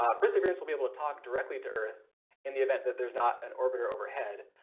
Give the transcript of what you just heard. perseverance will be able to talk directly to earth in the event that there's not an orbiter overhead